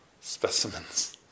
specimens